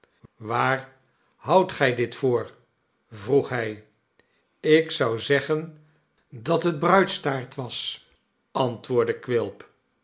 waar houdt gij dit voor vroeg hij ik zou zeggen dat het bruidstaart was antwoordde quilp